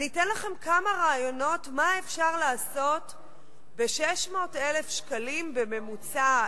ואני אתן לכם כמה רעיונות מה אפשר לעשות ב-600,000 שקלים בממוצע,